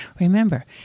Remember